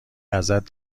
ازت